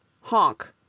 Honk